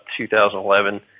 2011